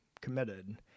committed